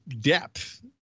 depth